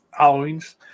Halloweens